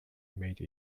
made